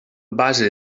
base